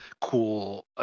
cool